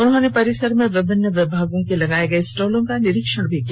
उन्होनें परिसर में विभिन्न विभागों के लगाए गए स्टॉलों का नीरीक्षण भी किया